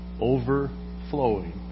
overflowing